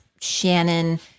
Shannon